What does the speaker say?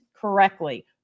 correctly